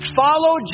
follow